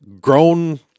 grown